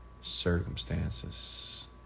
Circumstances